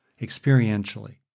experientially